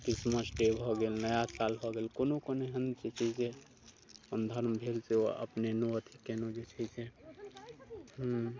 Christmas day भऽ गेल नया साल भऽ गेल कोनो कोनो जे छै से अपन धर्म भेल से अपनेलहुँ कयलहुँ जे छै से